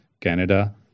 Canada